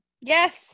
Yes